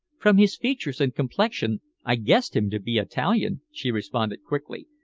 from his features and complexion i guessed him to be italian, she responded quickly,